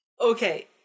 Okay